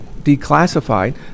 declassified